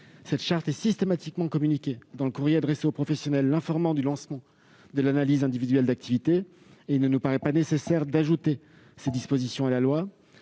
Cette charte est systématiquement communiquée dans le courrier adressé au professionnel et l'informant du lancement de l'analyse individuelle d'activité. Il ne nous paraît pas nécessaire d'ajouter cette disposition dans la loi.